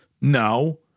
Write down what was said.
No